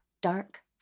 dark